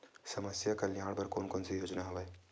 समस्या कल्याण बर कोन कोन से योजना हवय?